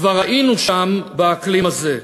כבר היינו שם, באקלים הזה.